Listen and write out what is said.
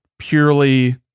purely